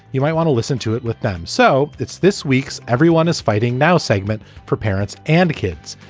you might want to listen to it with them. so that's this week's everyone is fighting now segment for parents and kids.